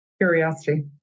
Curiosity